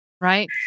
Right